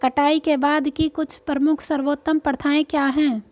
कटाई के बाद की कुछ प्रमुख सर्वोत्तम प्रथाएं क्या हैं?